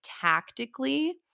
tactically